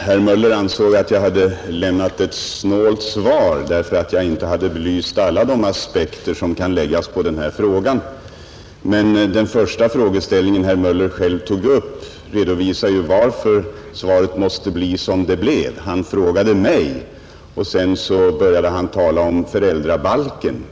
Herr talman! Herr Möller i Göteborg ansåg att jag hade lämnat ett snålt svar, därför att jag inte hade belyst alla de aspekter som kan läggas på denna fråga. Men den första fråga herr Möller själv tog upp redovisade ju varför svaret måste bli som det blev. Han frågade mig och sedan började han tala om föräldrabalken.